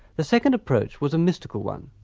the second approach was a mystical one,